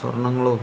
സ്വർണ്ണങ്ങളും